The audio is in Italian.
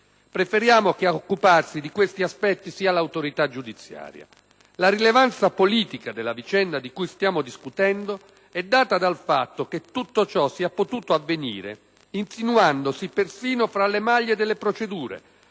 Preferiamo che a occuparsi di questi aspetti sia l'autorità giudiziaria. La rilevanza politica della vicenda di cui stiamo discutendo è data dal fatto che tutto ciò sia potuto avvenire insinuandosi persino tra le maglie delle procedure,